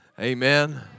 Amen